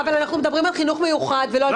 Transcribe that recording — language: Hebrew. אבל אנחנו מדברים על חינוך מיוחד ולא על כיתות שילוב.